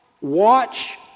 watch